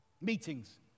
Meetings